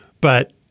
But-